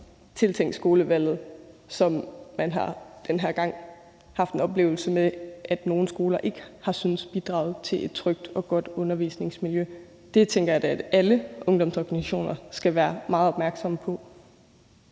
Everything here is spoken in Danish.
tiltænkt skolevalget, som man den her gang har haft en oplevelse med at nogle skoler ikke har syntes bidragede til et trygt og godt undervisningsmiljø. Det tænker jeg da at alle ungdomsorganisationer skal være meget opmærksomme på.